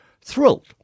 thrilled